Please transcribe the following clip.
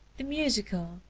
the musical,